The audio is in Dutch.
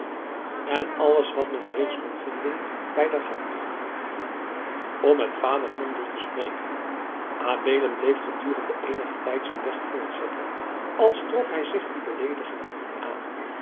en alles wat men reedst kon vinden by der hant om met vader vondel te spreken adeelen bleef gedurende eenigen tijd zijn weg voortzetten als trok hij zich die beleedigingen niet aan